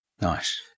nice